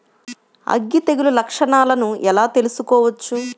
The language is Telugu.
అగ్గి తెగులు లక్షణాలను ఎలా తెలుసుకోవచ్చు?